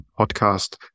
podcast